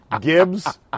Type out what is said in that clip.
Gibbs